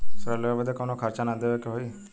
ऋण लेवे बदे कउनो खर्चा ना न देवे के होई?